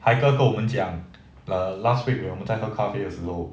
haikal 跟我们讲 err last week 我们在喝咖啡的时候